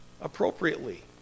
appropriately